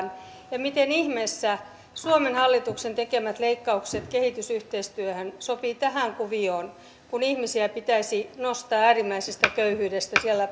ja miten ihmeessä suomen hallituksen tekemät leikkaukset kehitysyhteistyöhön sopivat tähän kuvioon kun ihmisiä pitäisi nostaa äärimmäisestä köyhyydestä siellä